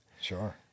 sure